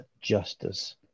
Justice